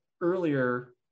earlier